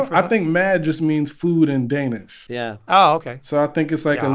ah i think mad just means food in danish yeah oh, okay so i think it's like. um